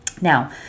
now